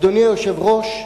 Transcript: אדוני היושב-ראש,